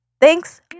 Thanks